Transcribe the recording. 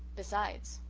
besides,